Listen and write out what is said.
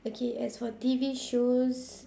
okay as for T_V shows